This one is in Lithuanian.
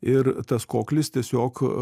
ir tas koklis tiesiog